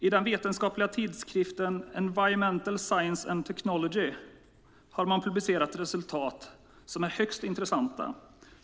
I den vetenskapliga tidskriften Environmental Science & Technology har man publicerat resultat som är högst intressanta.